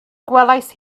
gwelais